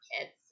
kids